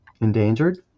endangered